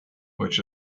which